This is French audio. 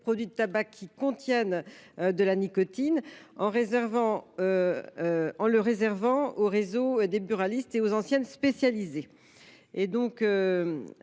produits de tabac qui contiennent de la nicotine, en la réservant aux réseaux de buralistes et des antennes spécialisées. Les